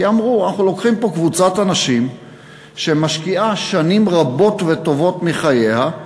כי אמרו: אנחנו לוקחים פה קבוצת אנשים שמשקיעה שנים רבות וטובות מחייה,